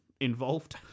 involved